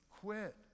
quit